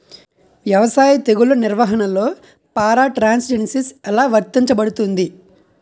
వ్యవసాయ తెగుళ్ల నిర్వహణలో పారాట్రాన్స్జెనిసిస్ఎ లా వర్తించబడుతుంది?